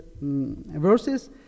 verses